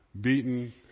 beaten